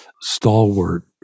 stalwart